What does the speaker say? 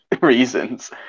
reasons